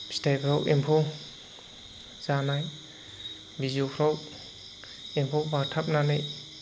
फिथाइखौ एम्फौ जानाय बिजौफोराव एम्फौ बाथाबनानै